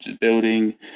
building